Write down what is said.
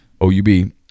OUB